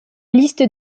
liste